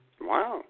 Wow